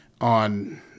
on